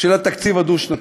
של התקציב הדו-שנתי.